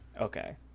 Okay